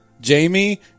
Jamie